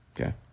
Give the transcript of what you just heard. okay